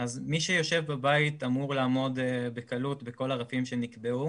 אז מי שיושב בבית אמור לעמוד בקלות בכל הרפים שנקבעו